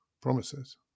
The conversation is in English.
promises